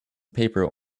paper